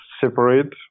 separate